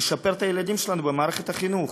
על שיפור הילדים שלנו במערכת החינוך,